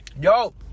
Yo